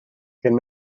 cyn